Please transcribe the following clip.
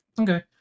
okay